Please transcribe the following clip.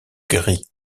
gris